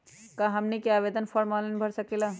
क्या हमनी आवेदन फॉर्म ऑनलाइन भर सकेला?